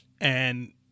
and-